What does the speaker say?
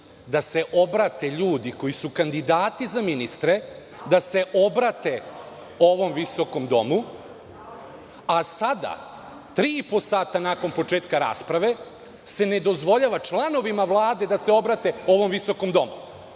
da se obrate ljudi koji su kandidati za ministre, da se obrate ovom visokom domu, a sada tri i po sata nakon početka rasprave se ne dozvoljava članovima Vlade da se obrate ovom visokom domu,